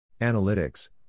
Analytics